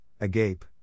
agape